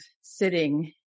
sitting